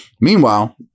Meanwhile